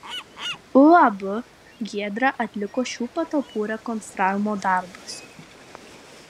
uab giedra atliko šių patalpų rekonstravimo darbus